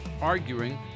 arguing